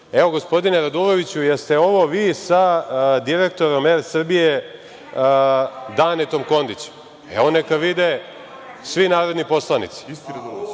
Evo, gospodine Raduloviću, jeste ovo vi sa direktorom „ER Srbije“, Danetom Kondićem? Evo, neka vide svi narodni poslanici. Isti vi,